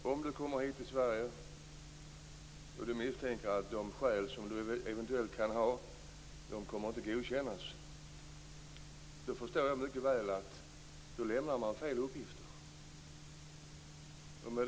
Den som kommer till Sverige och misstänker att de skäl som hon eller han eventuellt kan ha inte kommer att godkännas lämnar då - det förstår man mycket väl - felaktiga uppgifter.